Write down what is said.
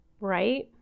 Right